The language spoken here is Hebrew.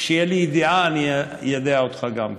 כשתהיה לי ידיעה, איידע אותך גם כן.